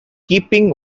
keeping